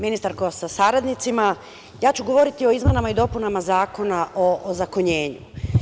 Ministarko sa saradnicima, govoriću o izmenama i dopunama Zakona o ozakonjenju.